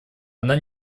она